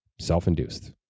self-induced